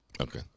Okay